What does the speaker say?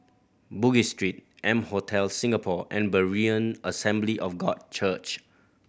Bugis Street M Hotel Singapore and Berean Assembly of God Church